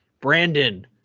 Brandon